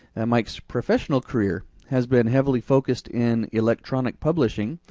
and mike's professional career has been heavily focused in electronic publishing,